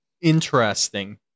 Interesting